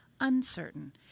uncertain